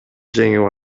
жеңип